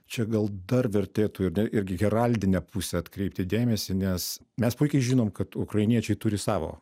čia gal dar vertėtų irgi heraldinę pusė atkreipti dėmesį nes mes puikiai žinom kad ukrainiečiai turi savo